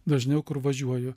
dažniau kur važiuoju